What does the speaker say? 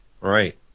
Right